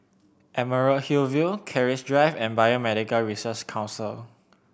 Emerald Hill Keris Drive and Biomedical Council